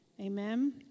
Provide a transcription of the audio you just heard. Amen